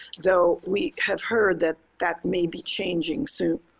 though we have heard that that may be changing soon.